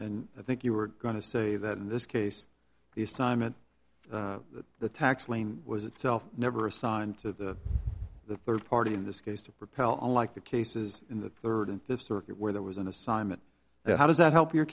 and i think you were going to say that in this case the assignment the tax lien was itself never assigned to the third party in this case to repel unlike the cases in the third and fifth circuit where there was an assignment and how does that help your